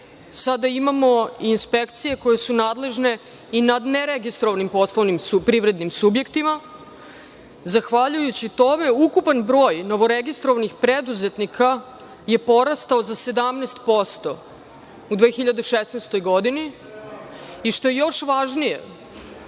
sada imamo inspekcije koje su nadležne i nad neregistrovanim privrednim subjektima. Zahvaljujući tome, ukupan broj novoregistrovanih preduzetnika je porastao za 17% u 2016. godini i, što je još važnije,